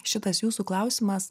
šitas jūsų klausimas